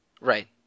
Right